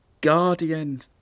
guardian